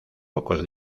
pocos